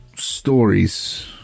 Stories